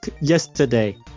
yesterday